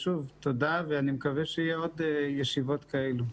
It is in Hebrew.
שוב תודה, ואני מקווה שיהיו עוד ישיבות כאלו.